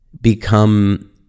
become